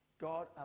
God